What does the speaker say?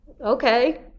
okay